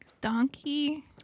donkey